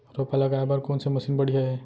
रोपा लगाए बर कोन से मशीन बढ़िया हे?